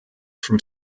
from